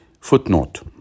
Footnote